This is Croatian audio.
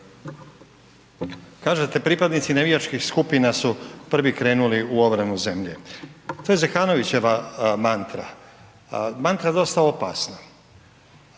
Kažete pripadnici navijačkih skupina su prvi krenuli u obranu zemlje, to je Zekanovićeva mantra, mantra dosta opasna.